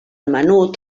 menut